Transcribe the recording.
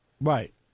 Right